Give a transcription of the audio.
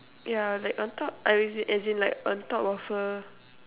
yeah like on top as in like on top of her